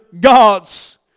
gods